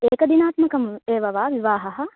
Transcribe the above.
एकदिनात्मकम् एव वा विवाहः